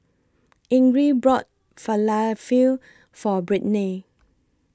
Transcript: Ingrid bought Falafel For Brittnay